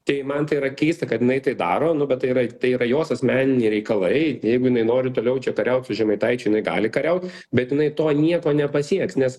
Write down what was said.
tai man tai yra keista kad jinai tai daro nu bet tai yra tai yra jos asmeniniai reikalai jeigu jinai nori toliau čia kariaut su žemaitaičiu inai gali kariaut bet jinai to nieko nepasieks nes